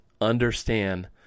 understand